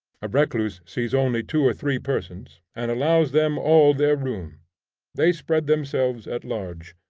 a recluse sees only two or three persons, and allows them all their room they spread themselves at large.